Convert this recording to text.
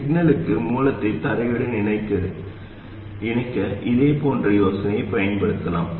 சிக்னல்களுக்கு மூலத்தை தரையுடன் இணைக்க இதேபோன்ற யோசனையைப் பயன்படுத்தலாம்